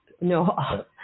No